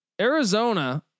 Arizona